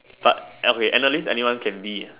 but okay analyst anyone can be ah